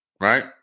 right